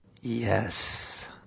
Yes